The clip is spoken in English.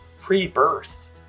pre-birth